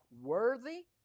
worthy